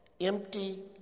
Empty